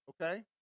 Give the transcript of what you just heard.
okay